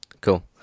Cool